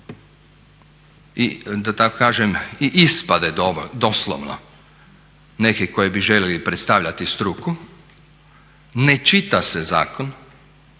da tako kažem i ispade doslovno nekih koji bi željeli predstavljati struku, ne čita se zakon